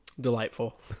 Delightful